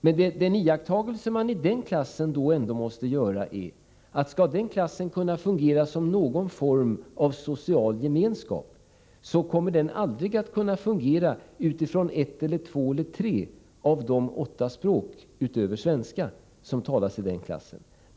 Men en iakttagelse som man måste göra är att om den klassen skall fungera som någon form av social gemenskap, så kan det aldrig ske utifrån ett, två eller tre av de åtta språk utöver svenskan som talas i klassen.